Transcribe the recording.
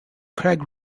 craig